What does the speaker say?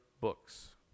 books